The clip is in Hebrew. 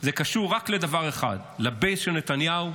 זה קשור רק לדבר אחד, לבייס של נתניהו,